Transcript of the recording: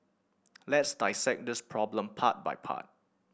let's dissect this problem part by part